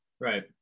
Right